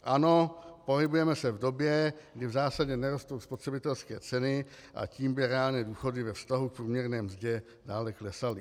Ano, pohybujeme se v době, kdy v zásadě nerostou spotřebitelské ceny, a tím by reálné důchody ve vztahu k průměrné mzdě dále klesaly.